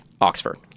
Oxford